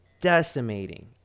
decimating